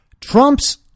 Trump's